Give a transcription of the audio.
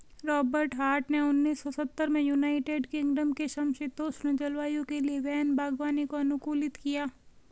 Robert Hart ने उन्नीस सौ सत्तर में यूनाइटेड किंगडम के समषीतोष्ण जलवायु के लिए वैन बागवानी को अनुकूलित किया